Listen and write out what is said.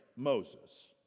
Moses